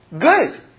good